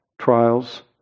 Trials